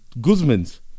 guzman's